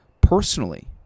personally